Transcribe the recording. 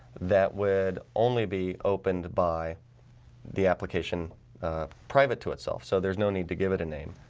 that would only be opened by the application private to itself. so there's no need to give it a name